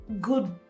good